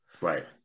Right